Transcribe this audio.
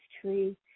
tree